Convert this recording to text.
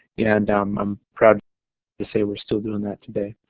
and i'm proud to say we're still doing that today.